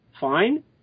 Fine